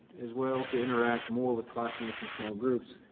as well to interact more with classmates and small groups,